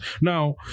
Now